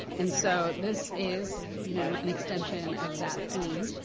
and so this is you know an extension of that theme.